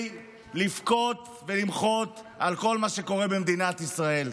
לבכות ולמחות על כל מה שקורה במדינת ישראל.